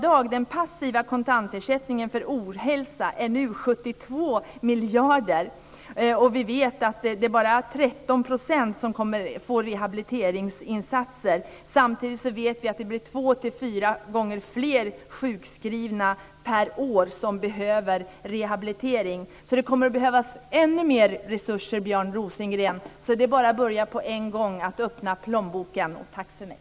Den passiva kontantersättningen för ohälsa är nu 72 miljarder, och vi vet att det bara är 13 % som får rehabiliteringsinsatser. Samtidigt vet vi också att det blir två till fyra gånger fler sjukskrivna per år som behöver rehabilitering. Det kommer alltså att behövas ännu mer resurser, Björn Rosengren. Det är bara att börja på en gång och öppna plånboken! Tack för mig!